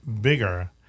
bigger